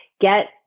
get